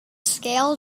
scale